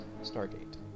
Stargate